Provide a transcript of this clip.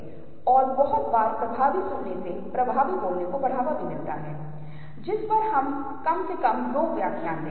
यह किसी चीज़ के कारण है जिसे आकार की कमी के रूप में जाना जाता है एक चीज हमसे दूर है यह उतना छोटा दिखता है